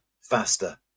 faster